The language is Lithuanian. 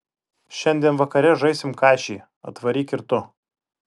šiandien vakare žaisim kašį atvaryk ir tu